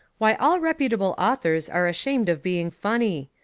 why all reputable authors are ashamed of being funny.